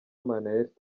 minaert